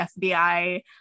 FBI